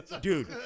dude